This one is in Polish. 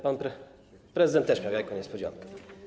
Pan prezydent też miał jajko niespodziankę.